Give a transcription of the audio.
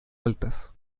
altas